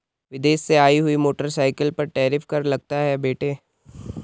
विदेश से आई हुई मोटरसाइकिल पर टैरिफ कर लगता है बेटे